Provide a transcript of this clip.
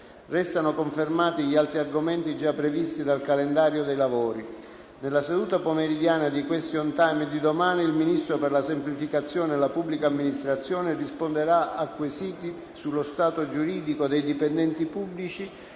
Restano confermati gli altri argomenti già previsti dal calendario dei lavori. Nella seduta pomeridiana di *question time* di domani il Ministro per la semplificazione e la pubblica amministrazione risponderà a quesiti sullo stato giuridico dei dipendenti pubblici